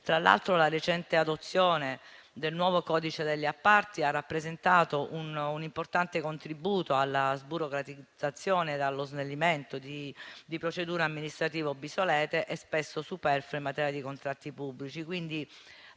Tra l'altro, la recente adozione del nuovo codice degli appalti ha rappresentato un importante contributo alla sburocratizzazione ed allo snellimento di procedure amministrative obsolete e spesso superflue in materia di contratti pubblici.